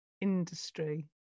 industry